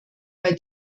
bei